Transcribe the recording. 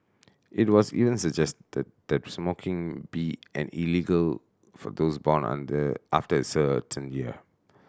it was even suggested that smoking be an illegal for those born on their after a certain year